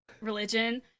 Religion